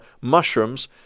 mushrooms